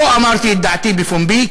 לא אמרתי את דעתי בפומבי,